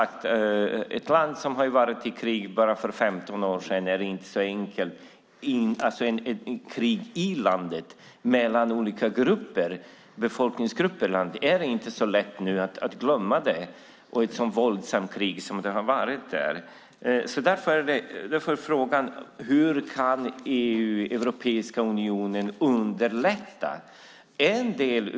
För ett land som befann sig i krig för bara 15 år sedan, ett krig inom landet mellan olika befolkningsgrupper, är det inte så lätt att glömma, särskilt inte med tanke på hur våldsamt kriget var. Därför blir frågan hur Europeiska unionen kan underlätta det hela.